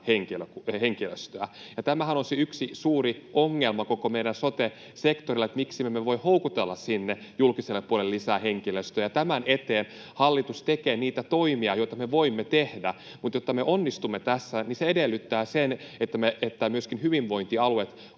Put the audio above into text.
henkilöstöä. Tämähän on se yksi suuri ongelma koko meidän sote-sektorilla, että miksi me emme voi houkutella sinne julkiselle puolelle lisää henkilöstöä. Tämän eteen hallitus tekee niitä toimia, joita me voimme tehdä, mutta jotta me onnistumme tässä, niin se edellyttää sen, että myöskin hyvinvointialueet